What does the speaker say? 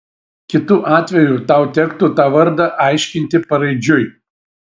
kitu atveju tau tektų tą vardą aiškinti paraidžiui